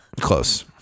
Close